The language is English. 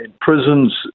prisons